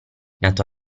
nato